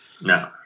no